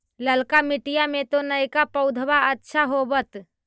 ललका मिटीया मे तो नयका पौधबा अच्छा होबत?